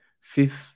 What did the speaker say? fifth